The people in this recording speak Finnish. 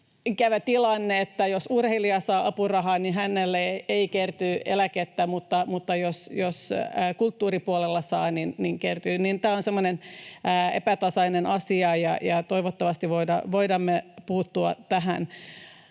jos urheilija saa apurahaa, niin hänelle ei kerry eläkettä, mutta jos kulttuuripuolella saa, niin kertyy. Tämä on semmoinen epätasainen asia, ja toivottavasti voimme puuttua tähän.